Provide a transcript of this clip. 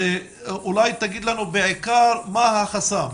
אולי תגיד לנו בעיקר מה החסם,